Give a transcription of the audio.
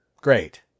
great